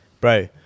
bro